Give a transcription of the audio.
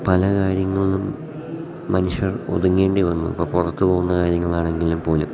പല കാര്യങ്ങളിലും മനുഷ്യർ ഒതുങ്ങേണ്ടി വന്നു ഇപ്പം പുറത്തു പോകുന്ന കാര്യങ്ങളാണെങ്കിലും പോലും